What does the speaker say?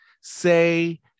say